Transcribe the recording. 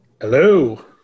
Hello